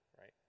right